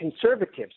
conservatives